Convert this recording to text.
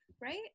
right